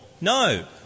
No